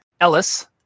Ellis